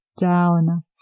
down